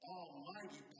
almighty